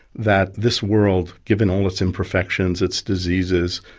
that this world, given all its imperfections, its diseases,